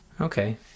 Okay